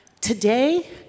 Today